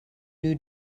new